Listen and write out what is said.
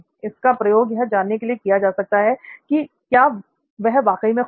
इसका प्रयोग यह जानने के लिए किया जाता है कि क्या वह वाकई में खुश है